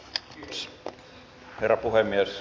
kiitos herra puhemies